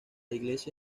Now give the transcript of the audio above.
iglesia